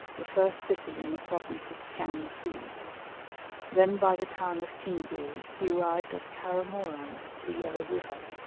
the first city in the province of tchang-su then by the town of cingui, he arrived at caramoran, the yellow river,